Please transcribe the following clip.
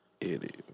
Idiot